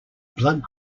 blood